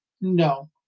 No